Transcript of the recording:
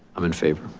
i'm in favor.